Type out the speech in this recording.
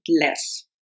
less